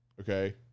okay